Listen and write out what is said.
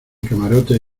camarote